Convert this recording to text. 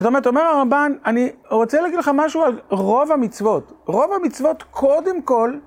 זאת אומרת, אומר הרמב"ן, אני רוצה להגיד לך משהו על רוב המצוות. רוב המצוות, קודם כל...